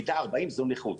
מידה 40 זו נכות.